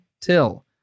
Till